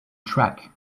track